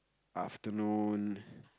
afternoon